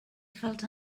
felt